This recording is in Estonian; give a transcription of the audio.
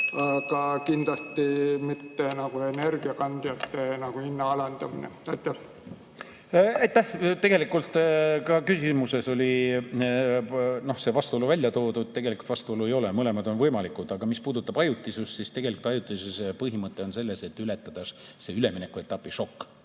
aga kindlasti mitte energiakandjate hinna alandamine. Aitäh! Tegelikult ka küsimuses oli see vastuolu välja toodud. Tegelikult vastuolu ei ole, mõlemad on võimalikud. Aga mis puudutab ajutisust, siis tegelikult põhimõte on selles, et tuleks ületada see üleminekuetapi šokk.